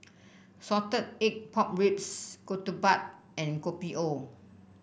Salted Egg Pork Ribs ketupat and Kopi O